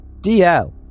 dl